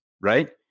Right